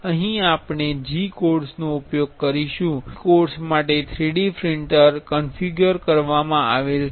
અહીં આપણે G codes નો ઉપયોગ કરીશું G કોડ્સ માટે 3D પ્રિંટર ક્ન્ફિગર કરેલ છે